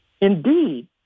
Indeed